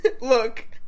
Look